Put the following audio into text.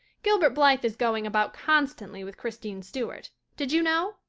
gilbert blythe is going about constantly with christine stuart. did you know?